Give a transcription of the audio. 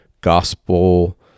gospel